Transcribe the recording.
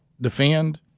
defend